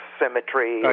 symmetry